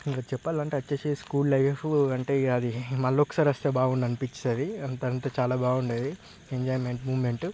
ఇంకా చెప్పాలంటే వచ్చేసి స్కూల్ లైఫ్ అంటే ఇక అది మళ్ళీ ఒకసారి వస్తే బాగుండు అనిపించేది అంత చాలా బాగుండేది ఎంజాయ్మెంట్ మూమెంట్